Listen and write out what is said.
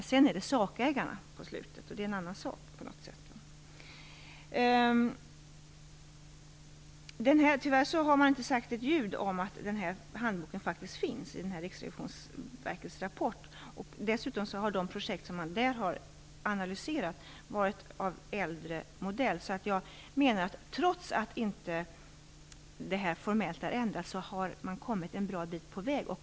På slutet är det sakägarna som har möjligheterna, och det är en annan sak. Tyvärr har man inte sagt ett ljud om att den här handboken faktiskt finns i Riksrevisionsverkets rapport. Dessutom har de projekt som man där har analyserat varit av äldre modell. Jag menar därför att man, trots att det här inte formellt har ändrats, har kommit en bra bit på väg.